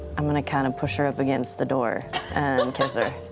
i'm going to kind of push her up against the door and kiss her.